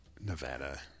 Nevada